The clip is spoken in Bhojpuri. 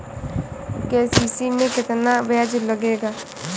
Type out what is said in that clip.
के.सी.सी में केतना ब्याज लगेला?